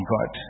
God